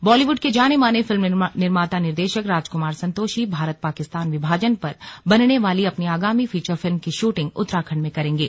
बॉलीवुड के जाने माने फिल्म निर्माता निर्देशक राजकुमार संतोषी भारत पाकिस्तान विभाजन पर बनने वाली अपनी आगामी फीचर फिल्म की शूटिंग उत्तराखंड में करेंगे